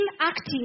acting